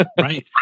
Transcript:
Right